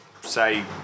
say